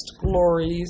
glories